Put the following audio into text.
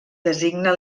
designa